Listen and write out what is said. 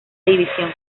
división